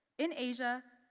in asia,